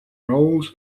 roles